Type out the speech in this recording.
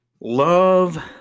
Love